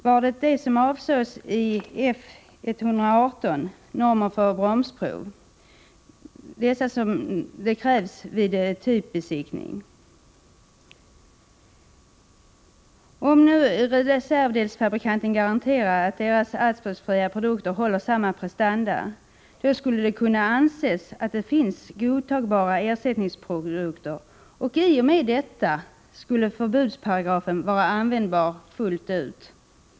Var det de som avsågs i F 118, normer för bromsprov vid typbesiktning, som skulle gälla? Om reservdelsfabrikanten garanterar att hans asbestfria produkter håller samma prestanda, då skulle det kunna anses att det finns godtagbara ersättningsprodukter, och i och med det skulle förbudsparagrafen vara användbar fullt ut.